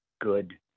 good